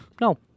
No